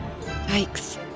Yikes